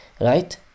Right